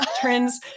trends